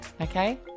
okay